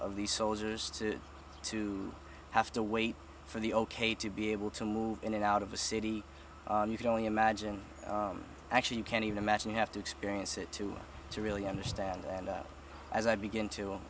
of these soldiers to have to wait for the ok to be able to move in and out of the city you can only imagine actually you can even imagine you have to experience it too to really understand and as i begin to